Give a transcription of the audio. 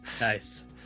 Nice